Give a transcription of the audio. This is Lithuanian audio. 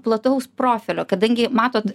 plataus profilio kadangi matot